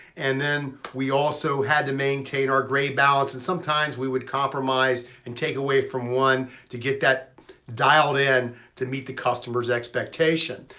and then we also had to maintain our gray balance. and sometimes we would compromise and take away from one to get that dialed in to meet the customer's expectation.